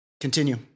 Continue